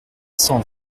cent